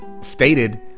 stated